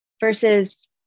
versus